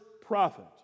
prophet